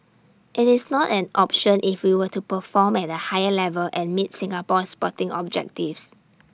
IT is not an option if we were to perform at A higher level and meet Singapore's sporting objectives